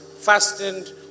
Fastened